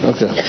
Okay